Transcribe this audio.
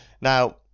Now